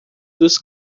dos